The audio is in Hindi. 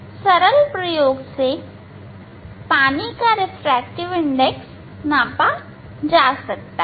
सरल प्रयोग से पानी का रिफ्रैक्टिव इंडेक्स नाप सकते हैं